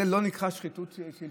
זה לא נקרא שחיתות שלטונית?